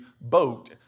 boat